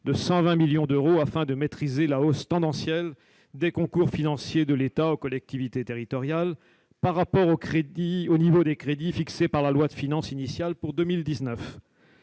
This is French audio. de 120 millions d'euros, afin de maîtriser la hausse tendancielle des concours financiers de l'État aux collectivités territoriales par rapport au niveau des crédits fixé en loi de finances initiale pour 2019.